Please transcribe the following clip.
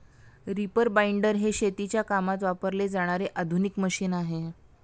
reaper binder हे शेतीच्या कामात वापरले जाणारे आधुनिक मशीन आहे